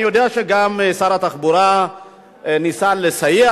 אני יודע שגם שר התחבורה ניסה לסייע